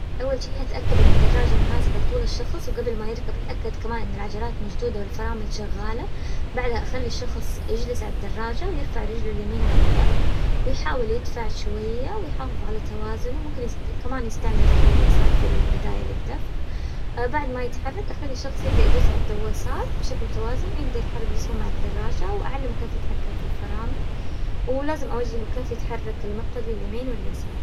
أول شي أتأكد ان الدراجة مناسبة لطول الشخص وقبل ما يركب اتأكد كمان ان العجلات مشدودة والفرامل شغالة، بعدها اخلي الشخص يجلس عالدراجة ويرفع رجله اليمين على الارض ويحاول يدفع شوية ويحافظ على توازنه، ممكن كمان يستعمل رجله اليسار في البداية للدفع، بعد ما يتحرك اخلي الشخص يبدأ يدوس على الدواسات بشكل متوازن، يقدر يحرك جسمه مع الدراجة، واعلمه كيف يتحكم في الفرامل، ولازم اوجهه كيف يتحرك المقود لليمين واليسار.